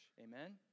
Amen